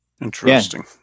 Interesting